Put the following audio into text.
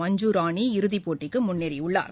மஞ்சுராணி இறுதிப் போட்டிக்குமுன்னேறியுள்ளார்